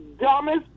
dumbest